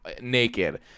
naked